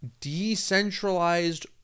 decentralized